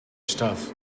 stuff